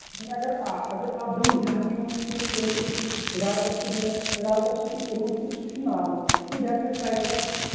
وۅنۍ اَگر آ اَگر اَپ ڈاوُن زیادٕ یِوان چھُ تَمہِ خٲطرٕ چھِ أسۍ اڈالٹس دِوان اڈالٹس تہِ چھُو کوٚرمُت دوٚپُکھ سُہ چھُ نارمل گوٚو دیٹ میٖنٕز ٹایفایِڈ تہِ چھُ